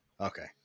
Okay